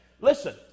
Listen